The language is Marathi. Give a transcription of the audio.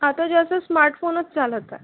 आता जास्त स्मार्टफोनच चालत आहे